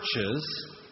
churches